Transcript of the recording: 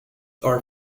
are